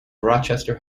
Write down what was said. rochester